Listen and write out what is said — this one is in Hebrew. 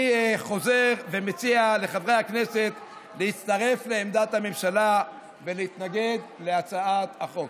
אני חוזר ומציע לחברי הכנסת להצטרף לעמדת המשלה ולהתנגד להצעת החוק.